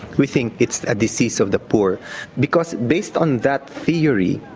we think it's a disease of the poor because based on that theory,